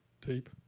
tape